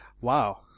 Wow